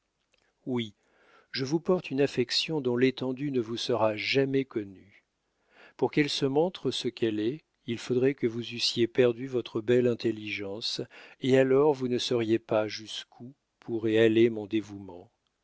oui je vous porte une affection dont l'étendue ne vous sera jamais connue pour qu'elle se montre ce qu'elle est il faudrait que vous eussiez perdu cette belle intelligence et alors vous ne sauriez pas jusqu'où pourrait aller mon dévouement